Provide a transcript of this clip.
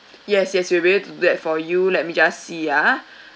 yes yes we will be able to do that for you let me just see ah